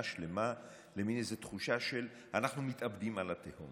שלמה למין איזו תחושה שאנחנו מתאבדים על התהום